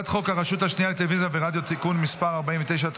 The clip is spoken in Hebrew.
השנייה לטלוויזיה ורדיו (תיקון מס' 49),